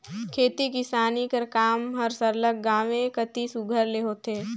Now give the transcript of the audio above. खेती किसानी कर काम हर सरलग गाँवें कती सुग्घर ले होथे